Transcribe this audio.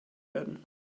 werden